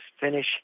finish